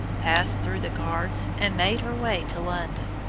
passed through the guards, and made her way to london.